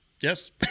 Yes